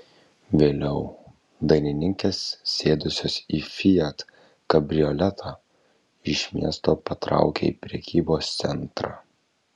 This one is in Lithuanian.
vėliau dainininkės sėdusios į fiat kabrioletą iš miesto patraukė į prekybos centrą